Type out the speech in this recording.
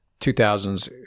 2000s